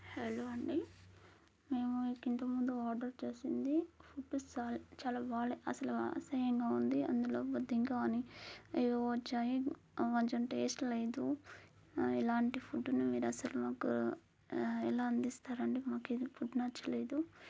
hello అండి మేము ఇంతకముందు ఆర్డర్ చేసింది ఫుడ్ సాల్ చాలా బాగా అసల అసహ్యంగా ఉంది అందులో బొద్దింక గానీ ఏవేవో వచ్చాయి కొంచెం టేస్ట్ లేదు ఇలాంటి ఫుడ్డుని మీరస్సల మాకు ఎలా అందిస్తారండి మాకిది ఫుడ్ నచ్చలేదు